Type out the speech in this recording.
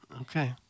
Okay